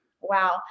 Wow